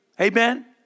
Amen